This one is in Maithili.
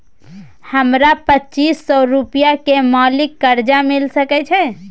हमरा पच्चीस सौ रुपिया के मासिक कर्जा मिल सकै छै?